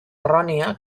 errònia